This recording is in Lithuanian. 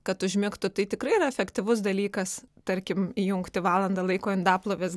kad užmigtų tai tikrai yra efektyvus dalykas tarkim įjungti valandą laiko indaplovės garso